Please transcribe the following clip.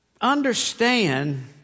understand